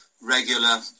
regular